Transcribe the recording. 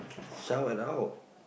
shout it out